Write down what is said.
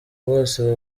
bose